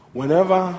whenever